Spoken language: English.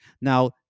Now